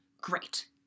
great